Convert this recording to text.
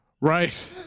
Right